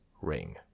ring